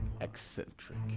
eccentric